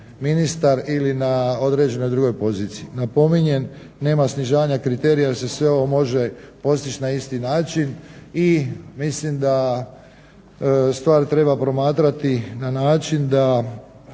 ministar ili određen na drugoj poziciji. Napominjem, nema snižavanja kriterija jer se sve ovo može postići na isti način. I mislim da stvar treba promatrati na način da